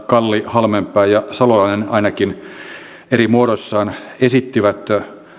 kalli halmeenpää ja salolainen ainakin eri muodoissaan esittivät